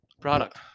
product